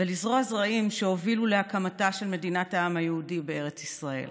ולזרוע זרעים שהובילו להקמתה של מדינת העם היהודי בארץ ישראל.